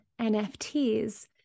NFTs